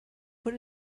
put